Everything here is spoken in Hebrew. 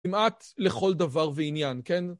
כמעט לכל דבר ועניין, כן?